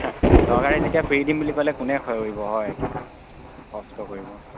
চৰকাৰে যেতিয়া ফ্ৰী দিম বুলি ক'লে কোনে কৰিব হয় খেতি কষ্ট কৰিব